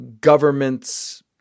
government's